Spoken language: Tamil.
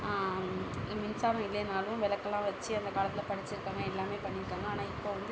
மின்சாரம் இல்லைன்னாலும் விளக்கெல்லாம் வெச்சு அந்தக் காலத்தில் படித்திருக்காங்க எல்லாமே பண்ணியிருக்காங்க ஆனால் இப்போ வந்து